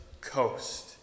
coast